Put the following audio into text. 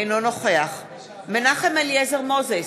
אינו נוכח מנחם אליעזר מוזס,